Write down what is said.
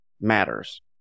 matters